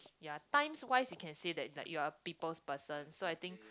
ya times wise you can say that like you are a people's person so I think